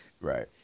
right